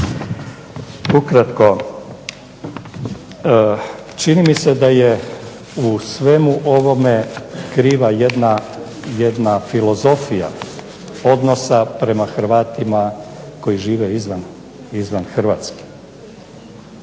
Ukratko, čini mi se da je u svemu ovome kriva jedna filozofija odnosa prema Hrvatima koji žive izvan Hrvatske.